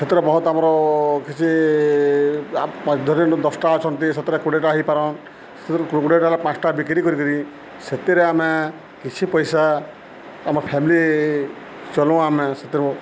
ସେଥିରେ ବହୁତ ଆମର କିଛି ଧର ଏଇନୁଁ ଦଶଟା ଅଛନ୍ତି ସେଥିରେ କୋଡ଼ିଏଟା ହେଇପାରନ୍ ସେ କୋଡ଼ିଏଟା ହେଲା ପାଞ୍ଚଟା ବିକ୍ରି କରିକରି ସେଥିରେ ଆମେ କିଛି ପଇସା ଆମ ଫ୍ୟାମିଲି ଚଲୁ ଆମେ ସେଥିରୁଁ